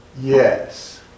Yes